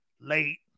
Late